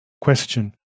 Question